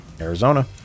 Arizona